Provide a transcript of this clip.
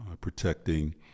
protecting